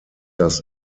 das